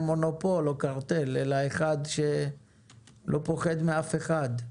מונופול או קרטל אלא מי שלא פוחד מאף אחד.